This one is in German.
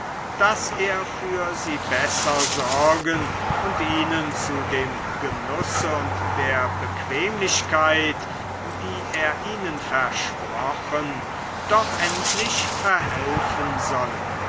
daß er für sie besser sorgen und ihnen zu dem genusse und der bequemlichkeit die er ihnen versprochen doch endlich verhelfen solle